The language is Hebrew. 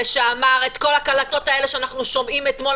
זה שאמר את כל הקלטות האלה שאנחנו שומעים אתמול,